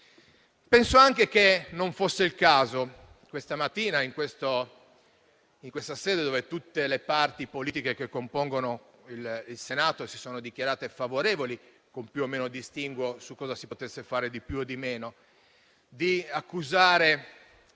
Penso anche che questa mattina, in questa sede, dove tutte le parti politiche che compongono il Senato si sono dichiarate favorevoli - con qualche distinguo su cosa si potesse fare di più o di meno - non